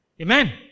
Amen